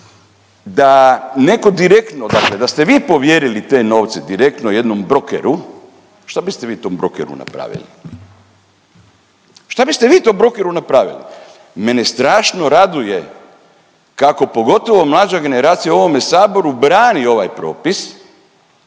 da netko direktno dakle, da ste vi povjerili te novce direktno jednom brokeru, šta biste vi tom brokeru napravili. Šta biste vi tom brokeru napravili. Mene strašno raduje kako pogotovo mlađa generacija u ovome saboru brani ovaj propis